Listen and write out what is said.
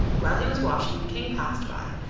while he was washing the king passed by,